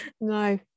No